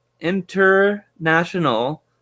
international